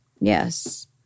Yes